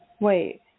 Wait